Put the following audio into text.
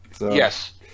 yes